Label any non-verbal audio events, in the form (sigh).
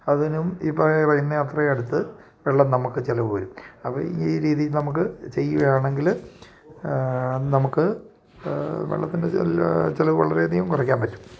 അതിനും ഈ (unintelligible) അടുത്ത് വെള്ളം നമുക്ക് ചിലവ് വരും അപ്പം ഈ രീതി ന മുക്ക് ചെയ്യുക ആണെങ്കിൽ നമുക്ക് വെള്ളത്തിൻ്റെ ചിലവ് വളരെ അധികം കുറയ്ക്കാൻ പറ്റും